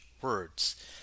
words